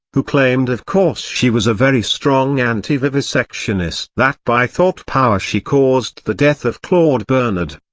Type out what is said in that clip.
who claimed of course she was a very strong anti-vivisectionist that by thought-power she caused the death of claude bernard,